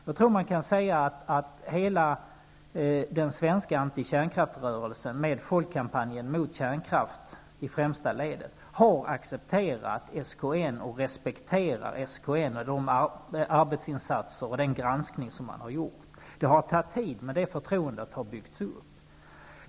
Jag tror att man kan säga att hela den svenska antikärnkraftsrörelsen med folkkampanjen mot kärnkraft i främsta ledet har accepterat SKN och respekterar SKN:s arbetsinsatser och granskning. Det har tagit tid att bygga upp det förtroendet.